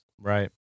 Right